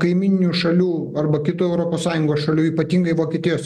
kaimyninių šalių arba kitų europos sąjungos šalių ypatingai vokietijos